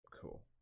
Cool